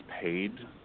paid